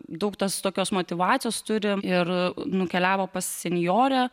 daug tas tokios motyvacijos turi ir nukeliavo pas senjorę